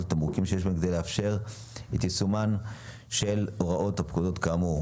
לתמרוקים שיש בהם כדי לאפשר את יישומן של הוראות הפקודות כאמור,